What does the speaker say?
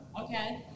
Okay